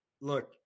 look